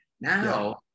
Now